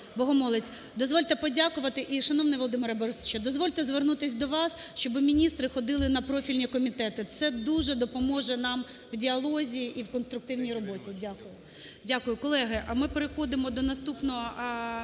Богомолець, дозвольте подякувати. І шановний Володимире Борисовичу, дозвольте звернутися до вас, щоб міністри ходили на профільні комітети, це дуже допоможе нам в діалозі і в конструктивній роботі. Дякую.